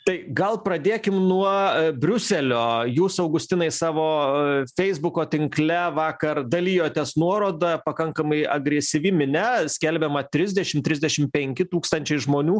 tai gal pradėkim nuo briuselio jūs augustinai savo feisbuko tinkle vakar dalijotės nuoroda pakankamai agresyvi minia skelbiama trisdešimt trisdešim penki tūkstančiai žmonių